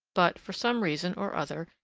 but, for some reason or other,